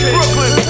Brooklyn